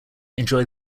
enjoy